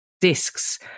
discs